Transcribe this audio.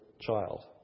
child